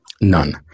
none